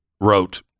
wrote